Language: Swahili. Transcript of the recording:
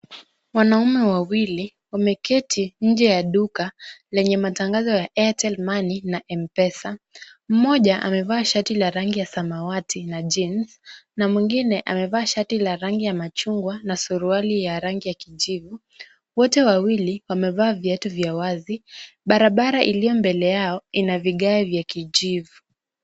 Wanaume wawili wameketi nje ya duka lenye matangazo ya Airtel Money na M-Pesa. Mmoja amevaa shati la rangi ya samawati na jeans , na mwingine amevaa shati la rangi ya machungwa na suruali ya rangi ya kijivu. Wote wawili wamevaa viatu vya wazi, barabara iliyo mbele yao ina vigae vya kijivu.